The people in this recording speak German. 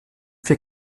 wir